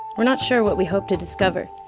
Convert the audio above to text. we're not sure what we hope to discover,